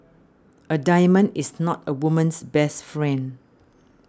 a diamond is not a woman's best friend